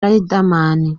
riderman